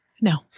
no